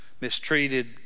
mistreated